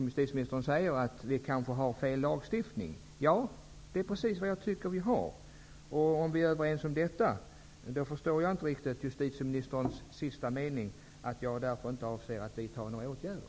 Justitieministern säger: Vi kanske har fel lagstiftning? Det är precis vad jag tycker att vi har. Om vi är överens om det förstår jag inte justitieministerns sista mening: att hon inte avser att vidta några åtgärder.